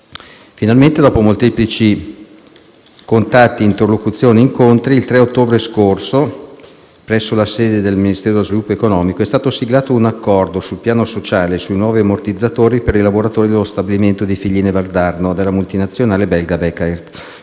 Finalmente, dopo molteplici contatti, interlocuzioni e incontri, il 3 ottobre scorso, presso la sede del Ministero dello sviluppo economico, è stato siglato un accordo sul piano sociale e sui nuovi ammortizzatori per i lavoratori dello stabilimento di Figline Valdarno della multinazionale belga Bekaert.